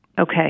Okay